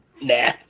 Nah